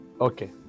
Okay